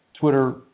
Twitter